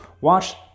watch